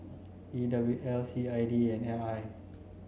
E W L C I D and R I